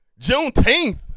Juneteenth